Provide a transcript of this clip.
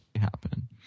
happen